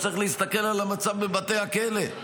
צריך להסתכל על המצב בבתי הכלא.